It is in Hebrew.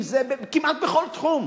וכמעט בכל תחום,